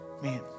man